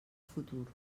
futur